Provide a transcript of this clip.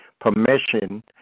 permission